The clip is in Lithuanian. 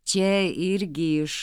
čia irgi iš